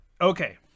Okay